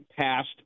passed